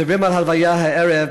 מדברים על הלוויה הערב,